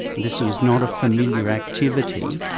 this was not a familiar activity,